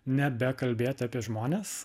nebekalbėti apie žmones